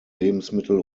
lebensmittel